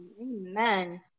amen